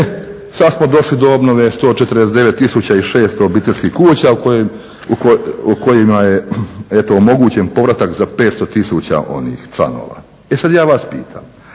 sad smo došli do obnove 149 tisuća i 600 obiteljskih kuća o kojima je eto omogućen povratak za 500 tisuća onih članova. E sad ja vas pitam